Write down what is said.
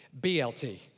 BLT